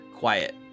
Quiet